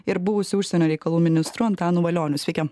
ir buvusiu užsienio reikalų ministru antanu valioniu sveiki